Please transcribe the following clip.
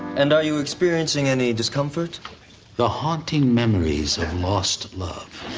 and are you experiencing any discomfort the haunting memories of lost love.